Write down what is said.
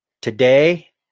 Today